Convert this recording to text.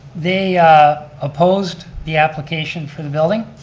they opposed the application for the building,